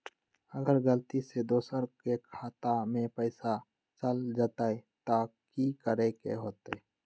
अगर गलती से दोसर के खाता में पैसा चल जताय त की करे के होतय?